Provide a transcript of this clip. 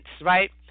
right